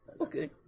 Okay